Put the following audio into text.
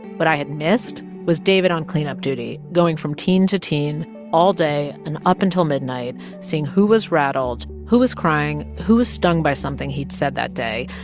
what i had missed was david on cleanup duty, going from teen to teen all day and up until midnight, seeing who was rattled, who was crying, who was stung by something he'd said that day,